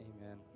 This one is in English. amen